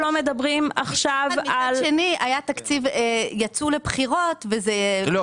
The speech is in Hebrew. מצד שני יצאו לבחירות ושם היו נסיבות חריגות.